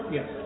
Yes